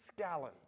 Scallon